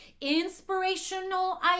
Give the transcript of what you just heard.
inspirational